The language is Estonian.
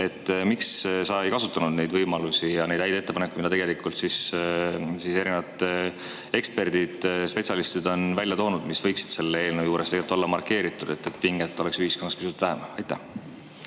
Miks sa ei kasutanud neid võimalusi ja neid häid ettepanekuid, mida erinevad eksperdid, spetsialistid on välja toonud ja mis võiksid selle eelnõu juures tegelikult olla markeeritud, et pinget oleks ühiskonnas pisut vähem? Aitäh,